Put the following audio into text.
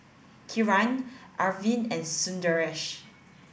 Kiran Arvind and Sundaresh